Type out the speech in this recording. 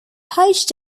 page